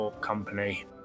company